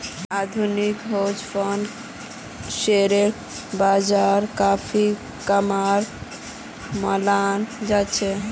आधुनिक हेज फंडक शेयर बाजारेर काफी कामेर मनाल जा छे